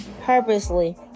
purposely